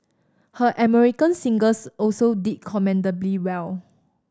her American singles also did commendably well